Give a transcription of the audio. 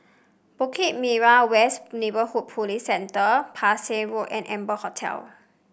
Bukit Merah West Neighbourhood Police Centre Parsi Road and Amber Hotel